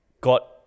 Got